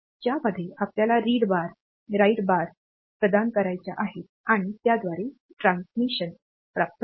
ज्यामध्ये आपल्याला read bar write bar प्रदान करायच्या आहेत आणी त्याद्वारे प्रसारण प्राप्त होते